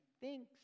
thinks